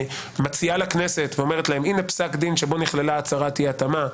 הכנסת מציעה לכנסת ואומרת להם: הנה פסק דין שבו נכלל הצהרת אי-התאמה,